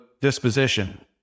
disposition